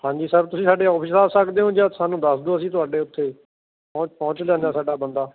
ਹਾਂਜੀ ਸਰ ਤੁਸੀਂ ਸਾਡੇ ਓਫਿਸ ਆ ਸਕਦੇ ਹੋ ਜਾਂ ਸਾਨੂੰ ਦੱਸ ਦਿਓ ਅਸੀਂ ਤੁਹਾਡੇ ਉੱਥੇ ਪਹੁੰਚ ਪਹੁੰਚ ਜਾਂਦਾ ਸਾਡਾ ਬੰਦਾ